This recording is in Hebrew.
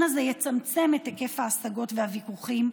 הזה יצמצם את היקף ההשגות והוויכוחים,